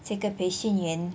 这个培训员